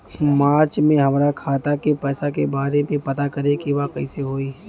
मार्च में हमरा खाता के पैसा के बारे में पता करे के बा कइसे होई?